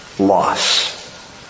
Loss